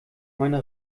meine